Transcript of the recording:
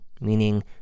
meaning